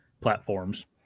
platforms